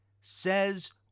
says